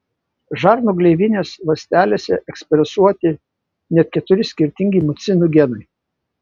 žarnų gleivinės ląstelėse ekspresuoti net keturi skirtingi mucinų genai